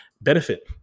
benefit